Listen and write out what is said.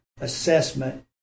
assessment